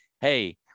hey